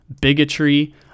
bigotry